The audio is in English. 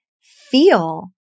feel